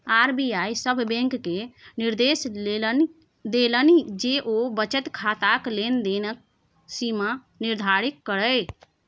RBI सभ बैंककेँ निदेर्श देलनि जे ओ बचत खाताक लेन देनक सीमा निर्धारित करय